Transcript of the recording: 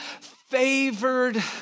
favored